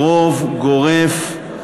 ברוב גורף,